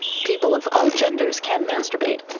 people of all genders can masturbate.